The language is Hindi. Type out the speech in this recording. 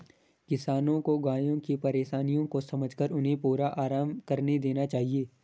किसानों को गायों की परेशानियों को समझकर उन्हें पूरा आराम करने देना चाहिए